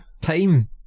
Time